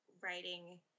writing